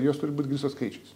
jos turi būt grįstos skaičiais